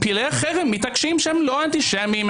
פעילי חרם מתעקשים שהם לא אנטישמים.